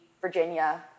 Virginia